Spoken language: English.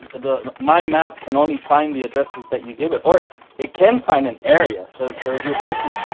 the mind maps can only find the addresses that you give it or it can find an area so so if sort of you're working,